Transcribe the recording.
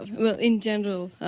well, in general,